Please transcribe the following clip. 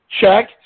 check